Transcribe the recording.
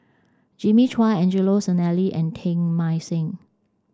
Jimmy Chua Angelo Sanelli and Teng Mah Seng